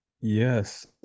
Yes